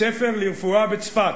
בית-ספר לרפואה בצפת.